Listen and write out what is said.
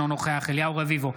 אינו נוכח אליהו רביבו,